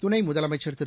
துணை முதலமைச்சா் திரு